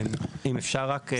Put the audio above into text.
אם אפשר רק?